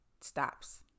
stops